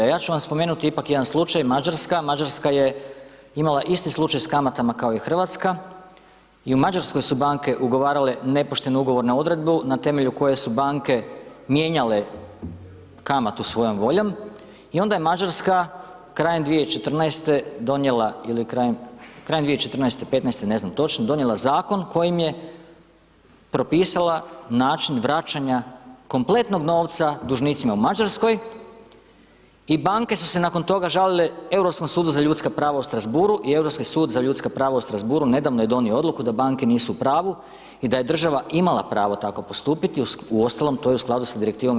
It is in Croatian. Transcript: A ja ću vas spomenuti ipak jedan slučaj, Mađarska, Mađarska je imala isti slučaj s kamatama kao i Hrvatska i u Mađarskoj su banke ugovarale nepoštenu ugovornu odredbu na temelju koje su banke mijenjale kamatu svojom voljom i onda je Mađarska krajem 2014. donijela, ili krajem, krajem 2014., 2015. ne znam točno, donijela zakon kojim je propisala način vraćanja kompletnog novca dužnicima u Mađarskoj i banke su se nakon toga žalile Europskom sudu za ljudska prava u Strassbouru i Europski sud za ljudska prava u Strassbouru nedavno je donio odluku da banke nisu u pravu i da država imala pravo tako postupiti, uostalom, to je u skladu s direktivom EU.